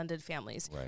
families